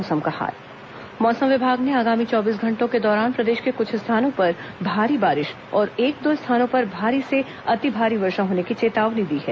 मौसम मौसम विभाग ने आगामी चौबीस घंटों के दौरान प्रदेश के क्छ स्थानों पर भारी बारिश और एक दो स्थानों पर भारी से अति भारी वर्षा होने की चेतावनी दी है